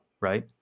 Right